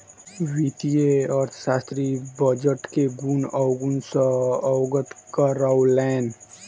वित्तीय अर्थशास्त्री बजट के गुण अवगुण सॅ अवगत करौलैन